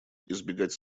избегать